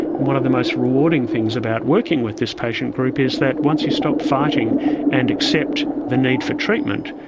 one of the most rewarding things about working with this patient group is that once you stop fighting and accept the need for treatment,